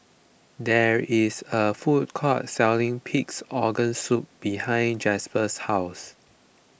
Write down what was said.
there is a food court selling Pig's Organ Soup behind Jasper's house